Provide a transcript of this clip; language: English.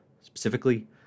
specifically